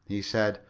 he said,